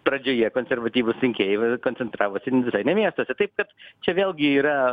pradžioje konservatyvūs rinkėjai koncentravosi visai ne miestuose taip kad čia vėlgi yra